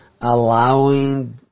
allowing